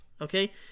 Okay